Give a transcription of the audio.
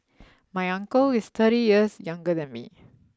my uncle is thirty years younger than me